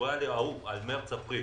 סקטוריאלי ההוא, על מארס-אפריל.